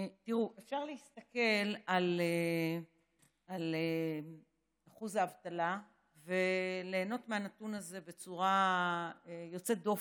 אפשר להסתכל על אחוז האבטלה וליהנות מהנתון הזה בצורה יוצאת דופן,